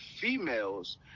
females